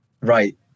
right